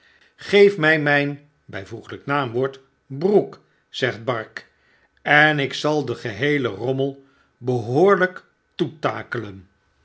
geef my mijn bijvl n w broek zegt bark en ik zal den geheelen rommel behoorlyk toetakelen